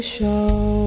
Show